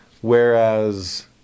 Whereas